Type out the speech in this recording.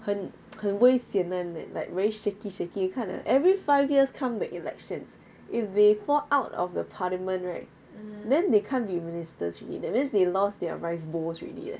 很很 危险 [one] leh like very shaky shaky 看 ah every five years come the elections if they fall out of the parliament right then they can't be ministers already that means they lost their rice bowls already leh